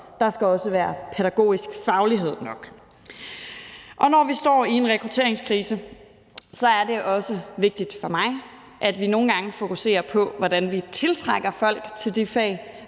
Der skal også være pædagogisk faglighed nok, og når vi står i en rekrutteringskrise, er det også vigtigt for mig, at vi nogle gange fokuserer på, hvordan vi tiltrækker folk til de fag,